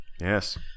yes